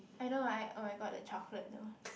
I know right oh my god the chocolate though